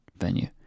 venue